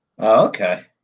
okay